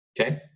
okay